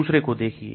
दूसरे को देखिए